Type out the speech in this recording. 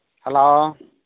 hello